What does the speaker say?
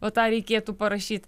va tą reikėtų parašyt